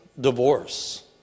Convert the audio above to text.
divorce